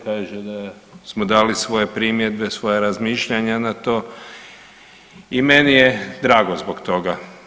Kaže da smo dali svoje primjedbe, svoja razmišljanja na to i meni je drago zbog toga.